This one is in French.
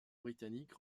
britannique